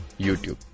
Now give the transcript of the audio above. YouTube